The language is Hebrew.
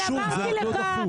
זה חשוב, זה רק לא דחוף.